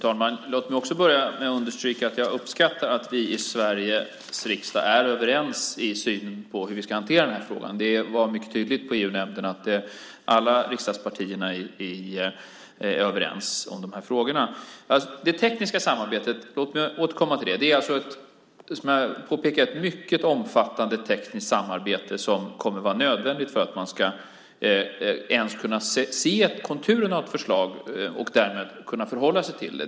Fru talman! Låt mig börja med att understryka att jag uppskattar att vi i Sveriges riksdag är överens i synen på hur vi ska hantera den här frågan. Det var mycket tydligt i EU-nämnden att alla riksdagspartierna är överens om de här frågorna. Låt mig återkomma till det tekniska samarbetet. Det är som jag påpekade ett mycket omfattande tekniskt samarbete som kommer att vara nödvändigt för att man ens ska kunna se konturen av ett förslag och därmed kunna förhålla sig till det.